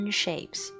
shapes